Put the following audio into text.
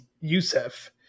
Yusef